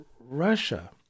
Russia